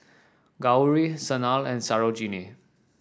Gauri Sanal and Sarojini